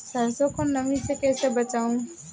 सरसो को नमी से कैसे बचाएं?